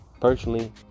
personally